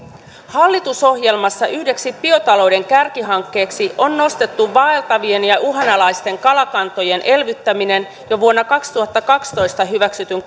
hallitusohjelmassa yhdeksi biotalouden kärkihankkeeksi on nostettu vaeltavien ja uhan alaisten kalakantojen elvyttäminen jo vuonna kaksituhattakaksitoista hyväksytyn